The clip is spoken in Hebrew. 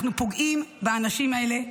אנחנו פוגעים באנשים האלה,